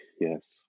yes